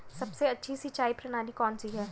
सबसे अच्छी सिंचाई प्रणाली कौन सी है?